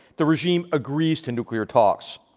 the regime agrees to nuclear talks.